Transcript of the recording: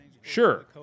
sure